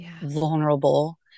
vulnerable